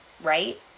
Right